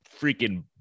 freaking